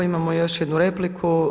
Imamo još jednu repliku.